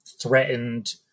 threatened